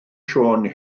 siôn